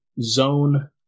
zone